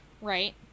Right